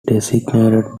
designated